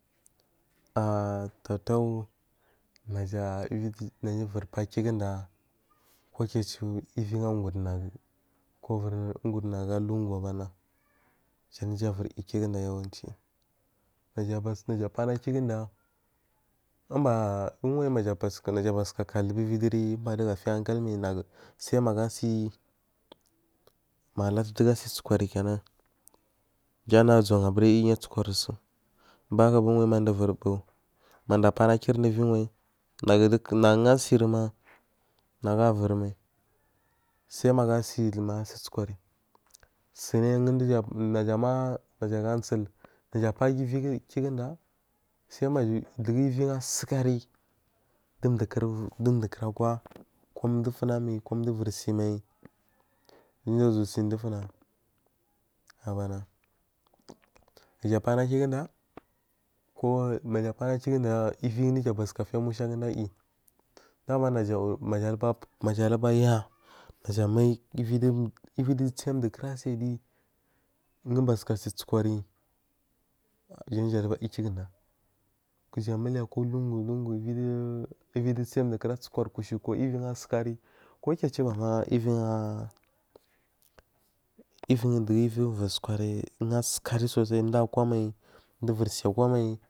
Kuku a a taw taw naja uviki naja uviri pakiguda kukiya a ci wo uviri u guri na a ga lunguwo abana jan ja uviri yi kiguda yawanci naja batu naja upana kiguda umba uway, naja batuka katuba uvi diri umba dugu a viya hankal mai sai maga asi malatu ga si sukuri kenan jan nagu azuwa nu aburi ya sukurisu umba hakaba uwayi mada uviri buwo mada a pana kirda uviyi wayi naguduur naguwo asiri ma nagu a vori mai sai magu asi magu asi sukuri siniwon naja ma naja a sul naja a paa kiyiguda uviyi a sukari dowodu dowo duwo kura akwa koduwa ufuna mai ku dowu uviri simai dowo da uzuwa si dowu funa a ba nna gaja apana kigudu ku maja a pana kiguda uviyi ja ubatuka fiya musha guda ayi dama naja ma ja aruga ga a naja amai uviyi dowu tsiga dowu kura si adigi dun batuka si sukwari gan ja aruga jiki guda kuja a muliya kowo ulugu lugu uviyi du tse du kwarasukuri kushowu uviyi asukari kuwo kiya a ciwobam a uviyi yviyi dugu uviyi ha a sukari so sai duwo a kwamai du uvir si a kwa mai.